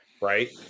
right